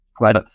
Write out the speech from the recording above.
right